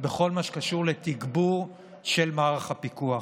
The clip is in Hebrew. בכל מה שקשור לתגבור של מערך הפיקוח.